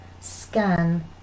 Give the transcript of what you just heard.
scan